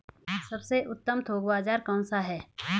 सबसे उत्तम थोक बाज़ार कौन सा है?